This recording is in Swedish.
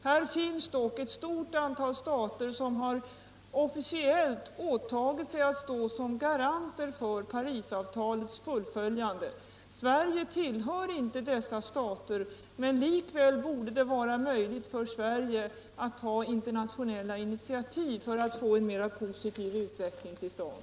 Här finns dock ett stort antal stater som officiellt har åtagit sig att stå som garanter för Parisavtalets fullföljande. Sverige tillhör inte dessa stater, men likväl borde det vara möjligt för Sverige att ta internationella initiativ för att få en mera positiv utveckling till stånd.